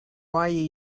why